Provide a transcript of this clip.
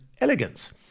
elegance